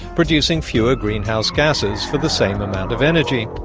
producing fewer greenhouse gases for the same amount of energy.